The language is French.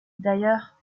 d’ailleurs